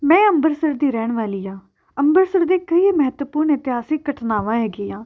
ਮੈਂ ਅੰਮ੍ਰਿਤਸਰ ਦੀ ਰਹਿਣ ਵਾਲੀ ਹਾਂ ਅੰਮ੍ਰਿਤਸਰ ਦੇ ਕਈ ਮਹੱਤਵਪੂਰਨ ਇਤਿਹਾਸਿਕ ਘਟਨਾਵਾਂ ਹੈਗੀਆਂ